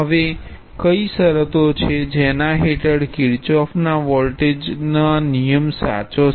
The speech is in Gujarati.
હવે કઈ શરતો છે જેના હેઠળ કિરચોફના વોલ્ટેજ કાયદો સાચો છે